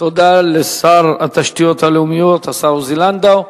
תודה לשר התשתיות הלאומיות השר עוזי לנדאו.